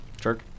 Jerk